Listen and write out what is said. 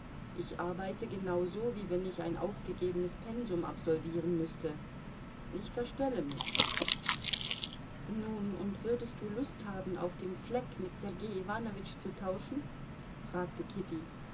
ich arbeite genauso wie wenn ich ein aufgegebenes pensum absolvieren müßte ich verstelle mich nun und würdest du lust haben auf dem fleck mit sergei iwanowitsch zu tauschen fragte kitty